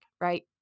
right